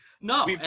No